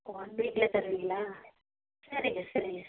one வீக்கிலே தருவீங்களா சரிங்க சரிங்க